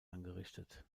angerichtet